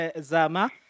Zama